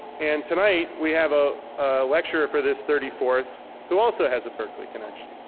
and tonight we have a lecture for this thirty fourth who also has a berkeley connection,